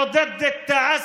(אומר בערבית: אנחנו נגד הכיבוש,